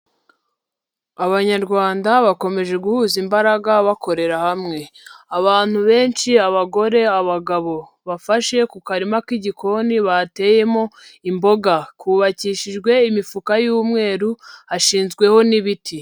Abanyarwanda bakomeje guhuza imbaraga bakorera hamwe, abantu benshi, abagore, abagabo, bafashe ku karima k'igikoni bateyemo imboga, kubakishijwe imifuka y'umweru, hashinzweho n'ibiti.